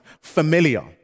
familiar